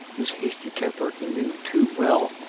whose hasty temper he knew too well,